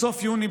בסוף יוני,